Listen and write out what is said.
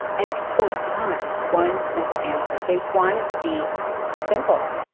and people want one simple answer. they want it to be simple.